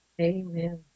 amen